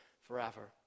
forever